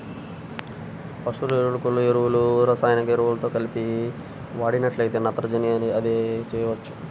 పశువుల ఎరువు, కోళ్ళ ఎరువులను రసాయనిక ఎరువులతో కలిపి వాడినట్లయితే నత్రజనిని అదా చేయవచ్చు